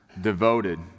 devoted